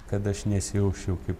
kad aš nesijausčiau kaip